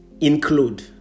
include